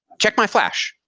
check my flash.